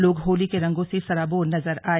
लोग होली के रंगों से सराबोर नजर आए